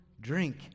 drink